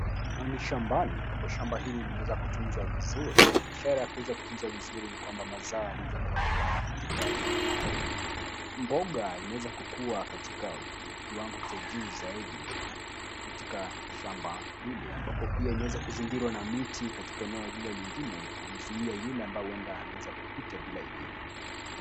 Ni shambani ambapo shamba hili limeweza kutunzwa vizuri, ishara ya kuweza kutunzwa vizuri ni kwamba, mazao yanaweza kuonekana katika eneo hili. Mboga imeweza kukuwa katika kiwango cha juu zaidi katika shamba hili, ambapo pia imeweza kuzingirwa na miti katika eneo lile lingine, kumzuia yule ambaye huenda anaweza kupita bila idhini.